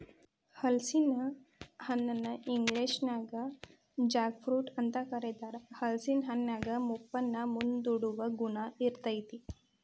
ಹಲಸಿನ ಹಣ್ಣನ ಇಂಗ್ಲೇಷನ್ಯಾಗ ಜಾಕ್ ಫ್ರೂಟ್ ಅಂತ ಕರೇತಾರ, ಹಲೇಸಿನ ಹಣ್ಣಿನ್ಯಾಗ ಮುಪ್ಪನ್ನ ಮುಂದೂಡುವ ಗುಣ ಇರ್ತೇತಿ